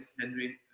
Henry